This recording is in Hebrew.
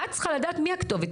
את צריכה לדעת מי הכתובת,